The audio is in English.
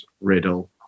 Riddle